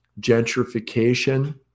gentrification